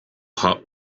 hot